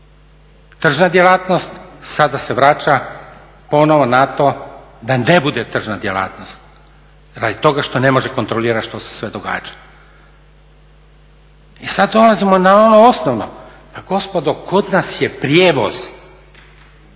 tržna djelatnost, sada se vraća ponovo na to da ne bude tržna djelatnost radi toga što ne može kontrolirati što se sve događa. I sad dolazimo na ono osnovno, pa gospodo, kod nas je prijevoz